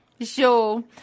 Sure